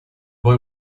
boy